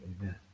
Amen